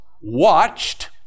Watched